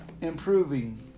improving